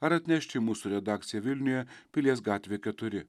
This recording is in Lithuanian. ar atnešti į mūsų redakciją vilniuje pilies gatvė keturi